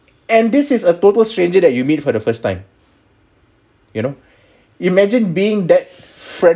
and this is a total stranger that you meet for the first time you know imagine being that friendly